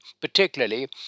particularly